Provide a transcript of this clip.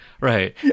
Right